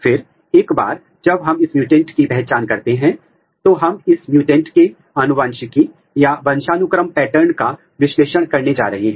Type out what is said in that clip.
दूसरी बात जो आप अध्ययन कर सकते हैं वह है प्रोटीन इन सीटू संकरण जहाँ आप देख सकते हैं कि एक विशेष प्रोटीन कहाँ मौजूद है